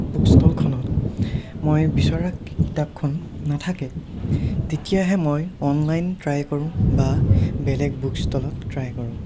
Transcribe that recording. book ষ্টলখনত মই বিচৰা কিতাপখন নাথাকে তেতিয়াহে মই অনলাইন ট্ৰাই কৰোঁ বা বেলেগ বুক ষ্টলত ট্ৰাই কৰোঁ